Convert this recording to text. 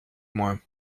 moins